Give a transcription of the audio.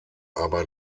aber